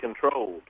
controlled